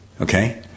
okay